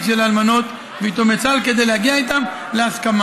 של האלמנות ויתומי צה"ל כדי להגיע איתם להסכמה.